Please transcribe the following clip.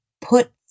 put